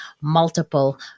multiple